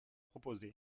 proposez